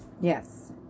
yes